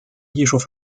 艺术